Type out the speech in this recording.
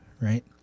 Right